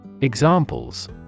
Examples